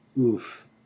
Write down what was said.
Oof